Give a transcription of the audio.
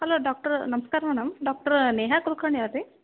hello doctor ನಮಸ್ಕಾರ madam doctor Neha Kulkarni ಅವ್ರ ರೀ